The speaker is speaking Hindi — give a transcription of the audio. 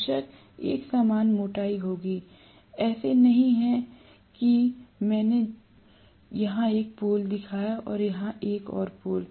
बेशक एक समान मोटाई होगी ऐसे नहीं कि जैसे मैंने यहां एक पोल दिखाया है और यहां एक और पोल